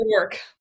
work